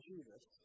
Jesus